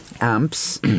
amps